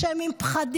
כשהם עם פחדים,